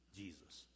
jesus